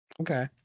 Okay